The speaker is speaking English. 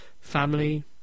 family